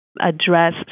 address